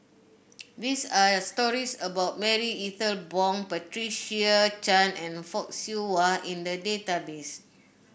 there are stories about Marie Ethel Bong Patricia Chan and Fock Siew Wah in the database